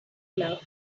club